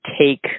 take